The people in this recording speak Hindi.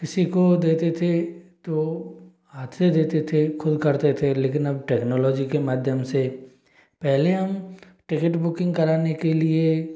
किसी को देते थे तो हाथ से देते थे खुद करते थे लेकिन अब टेक्नोलॉजी के माध्यम से पहले हम टिकिट बुकिंग कराने के लिए